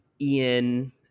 ian